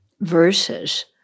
verses